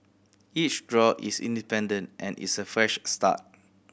each draw is independent and is a fresh start